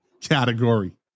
category